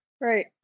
right